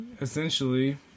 essentially